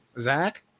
Zach